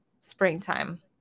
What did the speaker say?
springtime